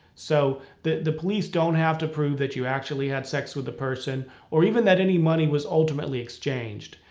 so the the please don't have to prove that you actually had sex with the person or even that any money was ultimately exchanged.